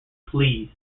flees